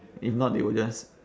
if not they will just